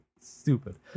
stupid